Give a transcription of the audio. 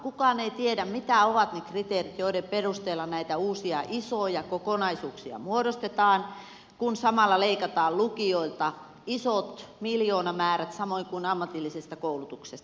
kukaan ei tiedä mitkä ovat ne kriteerit joiden perusteella näitä uusia isoja kokonaisuuksia muodostetaan kun samalla leikataan lukioilta isot miljoonamäärät samoin kuin ammatillisesta koulutuksesta